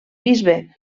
bisbe